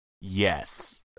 Yes